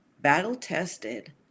battle-tested